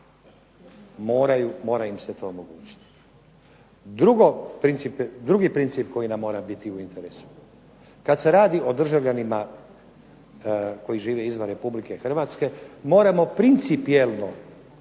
Moraju, mora im se to omogućiti. Drugi princip koji nam mora biti u interesu, kad se radi o državljanima koji žive izvan RH moramo principijelno